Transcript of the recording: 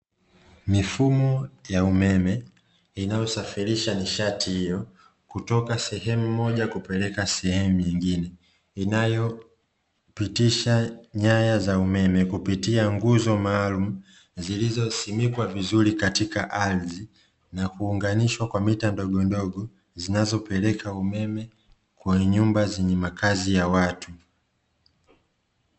Mifumo ya umeme inayo safirisha nishati hiyo kutoka sehemu moja kupeleka sehemu nyingine inayopitisha nyaya za umeme kupitia nguzo maalumu, zilizo simikwa vizuri katika ardhi na kuunganishwa vizuri kwa mita ndogondogo zinazopeleka umeme kwenye nyumba zenye makazi ya watu.